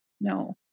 no